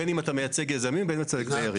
בין אם אתה מייצג יזמים ובין אם מייצג דיירים.